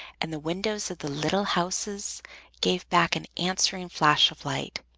and the windows of the little houses gave back an answering flash of light.